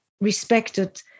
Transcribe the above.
respected